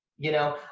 you know.